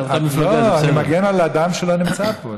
אתם אותה מפלגה וזה